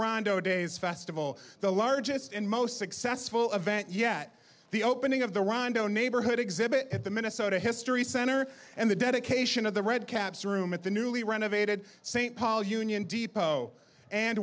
rando days festival the largest and most successful event yet the opening of the rondo neighborhood exhibit at the minnesota history center and the dedication of the red caps room at the newly renovated st paul union depot and